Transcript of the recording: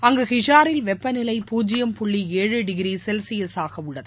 அங்கு ஹிஷாரில் வெப்பநிலை பூஜ்ஜியம் புள்ளி ஏழு டிகிரி செல்ஸியஸாக உள்ளது